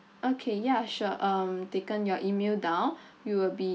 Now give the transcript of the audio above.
okay ya sure um taken your email down we will be